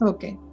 Okay